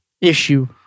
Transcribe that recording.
issue